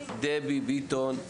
דבי ביטון.